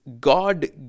God